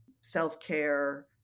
self-care